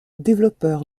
développeur